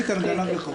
איתן גנב לך אותו.